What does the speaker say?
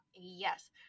yes